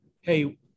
hey